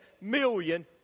million